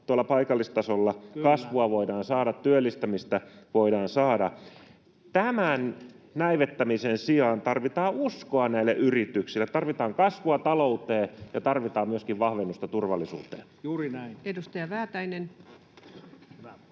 tuolla paikallistasolla kasvua voidaan saada, työllistämistä voidaan saada. Tämän näivettämisen sijaan tarvitaan uskoa näille yrityksille. Tarvitaan kasvua talouteen, ja tarvitaan myöskin vahvennusta turvallisuuteen. [Markus Lohi: Juuri näin!] Edustaja Väätäinen. Arvoisa